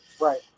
Right